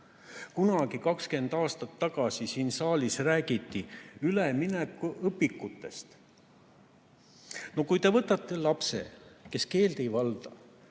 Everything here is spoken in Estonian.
Kunagi 20 aastat tagasi siin saalis räägiti üleminekuõpikutest. No kui te võtate lapse, kes keelt ei valda,